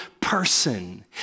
person